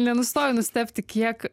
nenustoju nustebti kiek